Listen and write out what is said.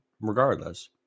regardless